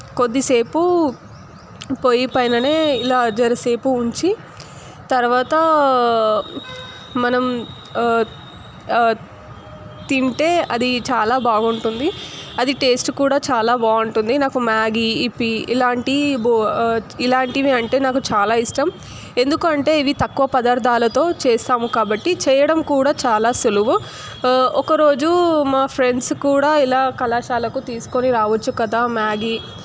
కొద్దిసేపు పొయ్యి పైననే ఇలా జరసేపు తర్వాత మనం తింటే అది చాలా బాగుంటుంది అది టేస్ట్ కూడా చాలా బాగుంటుంది నాకు మ్యాగీ ఇప్పి ఇలాంటివి ఇలాంటివి అంటే నాకు చాలా ఇష్టం ఎందుకంటే ఇవి తక్కువ పదార్థాలతో చేస్తాం కాబట్టి చేయడం కూడా చాలా సులభం ఒకరోజు మా ఫ్రెండ్స్ కూడా ఇలా కళాశాలకు తీసుకొని రావచ్చు కదా మ్యాగీ